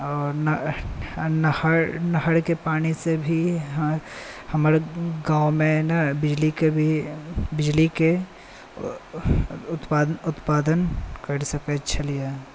आओर नहरके पानी से भी हमर गाँवमे ने बिजलीके भी बिजलीके उत्पादन कर सकैत छलियै